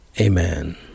Amen